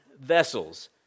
vessels